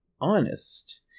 honest